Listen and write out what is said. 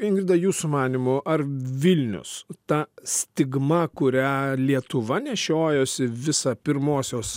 ingrida jūsų manymu ar vilnius ta stigma kurią lietuva nešiojosi visą pirmosios